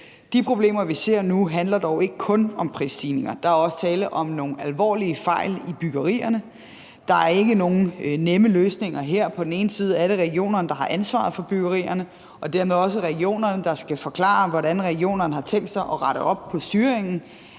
De problemer, vi ser nu, handler dog ikke kun om prisstigninger. Der er også tale om nogle alvorlige fejl i byggerierne. Der er ikke nogen nemme løsninger her. På den ene side er det regionerne, der har ansvaret for byggerierne, og dermed også regionerne, der skal forklare, hvordan regionerne har tænkt sig at rette op på styringen